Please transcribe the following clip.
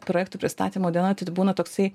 projektų pristatymo diena tada būna toksai